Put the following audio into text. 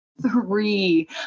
three